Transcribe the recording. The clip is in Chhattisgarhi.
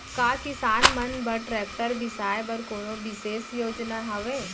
का किसान मन बर ट्रैक्टर बिसाय बर कोनो बिशेष योजना हवे?